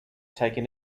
taken